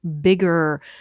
bigger